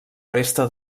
resta